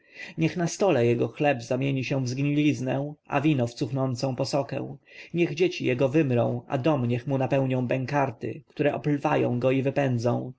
niech na stole jego chleb zamieni się w zgniliznę a wino w cuchnącą posokę niech dzieci jego wymrą a dom niech mu napełnią bękarty które oplwają go i wypędzą